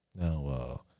Now